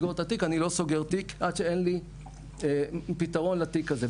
אני לא סוגר תיק עד שאין לי פתרון לתיק הזה.